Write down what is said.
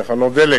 תחנות דלק.